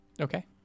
Okay